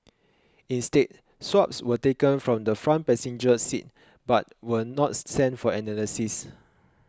instead swabs were taken from the front passenger seat but were not sent for analysis